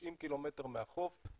90 קילומטר מהחוף,